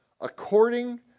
According